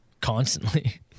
Constantly